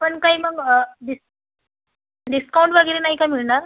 पण काही मग डिस् डिस्काऊंट वगैरे नाही का मिळणार